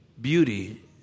beauty